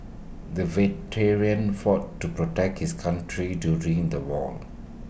the veteran fought to protect his country during the war